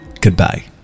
Goodbye